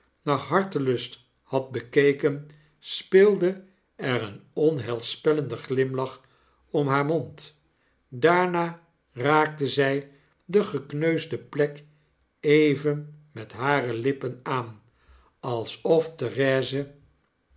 naar hartelust had bekeken speelde er een onheilspellende glimlach om haar mond daarna raakte zy de gekneusde plek even met hare lippen aan alsof therese